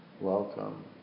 welcome